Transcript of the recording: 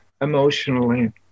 emotionally